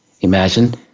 imagine